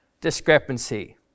discrepancy